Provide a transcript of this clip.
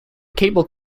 cable